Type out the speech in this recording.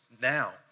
now